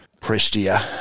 Prestia